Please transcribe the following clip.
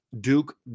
Duke